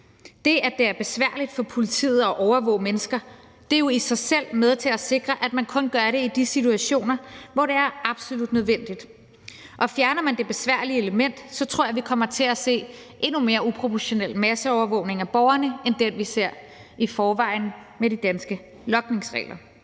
Det, at det er besværligt for politiet at overvåge mennesker, er jo i sig selv med til at sikre, at man kun gør det i de situationer, hvor det er absolut nødvendigt. Og fjerner man det besværlige element, tror jeg vi kommer til at se endnu mere uproportionel masseovervågning af borgerne end den, vi i forvejen ser med de danske logningsregler.